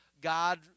God